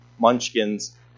munchkins